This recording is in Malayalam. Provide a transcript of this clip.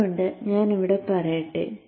അതുകൊണ്ട് ഞാനിവിടെ പറയട്ടെ